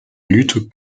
lutte